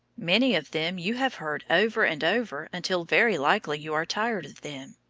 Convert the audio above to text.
many of them you have heard over and over until very likely you are tired of them.